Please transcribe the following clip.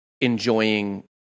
enjoying